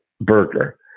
burger